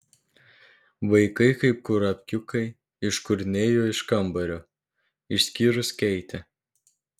vaikai kaip kurapkiukai iškurnėjo iš kambario išskyrus keitę